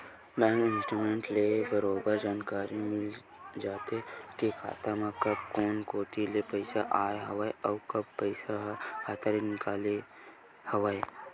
bank statement ले बरोबर जानकारी मिल जाथे के खाता म कब कोन कोती ले पइसा आय हवय अउ कब पइसा ह खाता ले निकले हवय